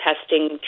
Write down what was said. testing